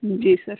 जी sir